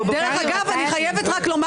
הם פשוט לא הביאו חברת כנסת,